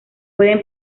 pueden